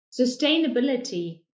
sustainability